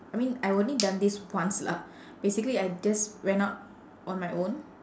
I mean I only done this once lah basically I just ran out on my own